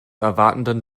erwartenden